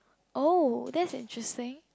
oh that's interesting